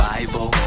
Bible